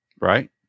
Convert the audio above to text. right